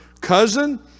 cousin